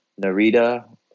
Narita